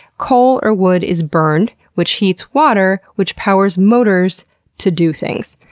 coal or wood is burned which heats water which powers motors to do things.